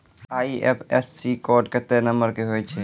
IFSC code केत्ते number के होय छै